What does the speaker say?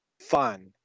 fun